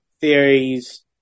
theories